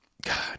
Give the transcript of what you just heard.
God